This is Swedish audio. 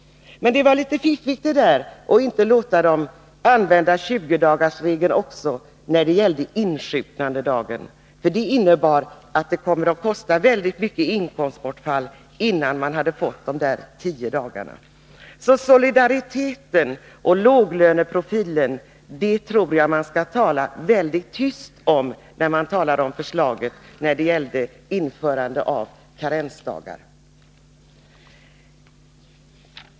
Men det var litet fiffigt att inte låta dem använda 20-dagarsregeln också när det gällde insjuknandedagen, för det innebär att det kommer att kosta väldigt mycket i inkomstbortfall, innan man fått de där tio dagarna. Så solidariteten och låglöneprofilen tror jag att man skall tala mycket tyst om, när man diskuterar förslaget om införande av karensdagar.